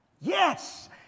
Yes